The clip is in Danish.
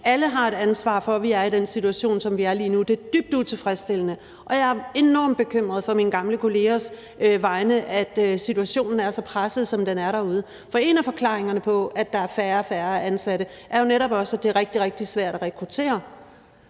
Alle har et ansvar for, at vi er i den situation, som vi er i lige nu. Det er dybt utilfredsstillende, og jeg er enormt bekymret på mine gamle kollegaers vegne, fordi situationen er så presset, som den er derude. En af forklaringerne på, at der er færre og færre ansatte, er jo netop også, at det er rigtig, rigtig svært at rekruttere